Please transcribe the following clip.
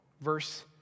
verse